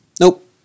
Nope